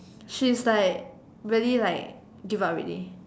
she's like really like give up already